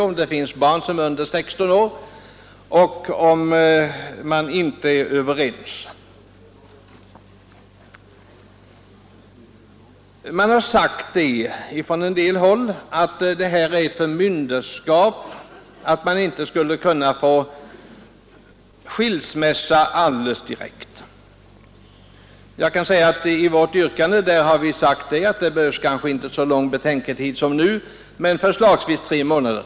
Om det finns barn som är under 16 år eller om makarna inte är överens skall dock skilsmässan föregås av en betänketid på minst sex månader. I vårt yrkande har vi sagt att det kanske inte behövs så lång betänketid men förslagsvis tre månader.